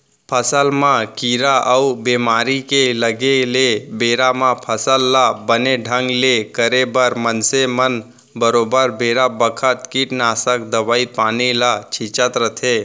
फसल म कीरा अउ बेमारी के लगे ले बेरा म फसल ल बने ढंग ले करे बर मनसे मन बरोबर बेरा बखत कीटनासक दवई पानी ल छींचत रथें